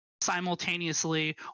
simultaneously